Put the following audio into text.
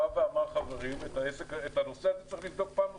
אמר שאת הנושא הזה צריך לבדוק פעם נוספת.